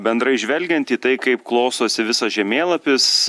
bendrai žvelgiant į tai kaip klostosi visas žemėlapis